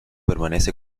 permanece